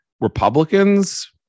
Republicans